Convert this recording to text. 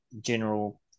general